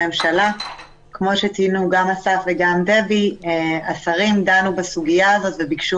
כמו שציינו גם אסף ודבי השרים דנו בסוגיה הזו וביקשו